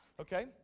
Okay